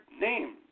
name